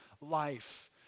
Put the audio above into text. life